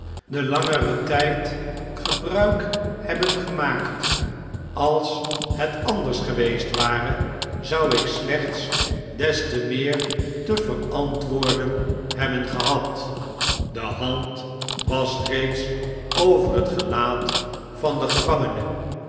den langeren th'd gebruik hebben gemaakt als het anders geweest ware zou ik slechts des te meer te verantwoorden hebben gehad de hand was reeds over het gelaat van den gevangene